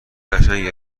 قشنگی